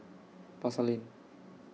Pasar Lane